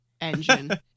engine